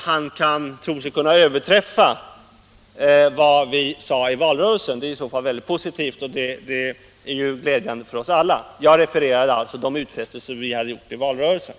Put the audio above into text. han tror sig kunna överträffa vad vi sade i valrörelsen är det bara glädjande för oss alla. Jag refererade alltså de utfästelser vi gjorde i valrörelsen.